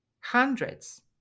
hundreds